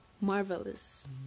marvelous